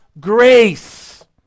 grace